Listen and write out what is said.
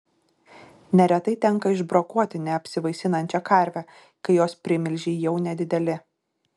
neretai tenka išbrokuoti neapsivaisinančią karvę kai jos primilžiai jau nedideli